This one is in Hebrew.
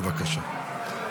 בבקשה.